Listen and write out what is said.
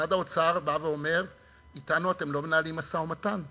משרד האוצר בא ואומר: אתנו אתם לא מנהלים משא-ומתן,